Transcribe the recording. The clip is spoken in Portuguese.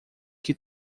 que